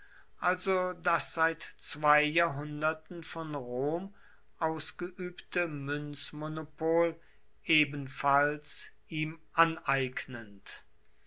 also das seit zwei jahrhunderten von rom ausgeübte münzmonopol ebenfalls ihm aneignend